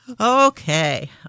Okay